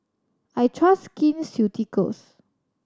I trust Skin Ceuticals